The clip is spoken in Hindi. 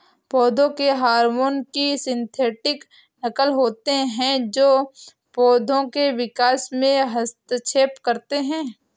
पौधों के हार्मोन की सिंथेटिक नक़ल होते है जो पोधो के विकास में हस्तक्षेप करते है